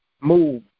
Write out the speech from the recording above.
move